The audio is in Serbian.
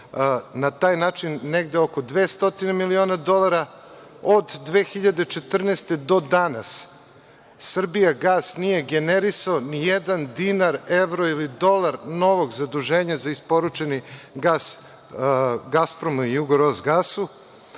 na taj način, negde oko 200 miliona dolara. Od 2014. godine do danas Srbijagas nije generisala nijedan dinar, evro ili dolar novog zaduženja za isporučeni gas Gaspromu ili Jugoros gasu.